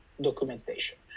documentation